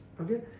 okay